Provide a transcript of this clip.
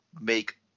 make